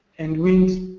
and wind